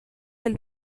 del